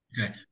Okay